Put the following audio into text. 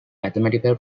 mathematical